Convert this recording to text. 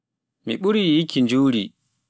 mi ɓuri yikki Njumri